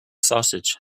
sausage